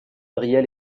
gabriel